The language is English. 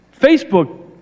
Facebook